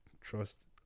trust